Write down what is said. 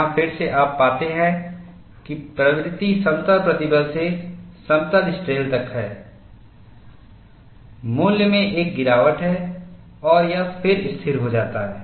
यहाँ फिर से आप पाते हैं कि प्रवृत्ति समतल प्रतिबल से समतल स्ट्रेन तक है मूल्य में एक गिरावट है और या फिर स्थिर हो जाता है